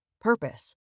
Purpose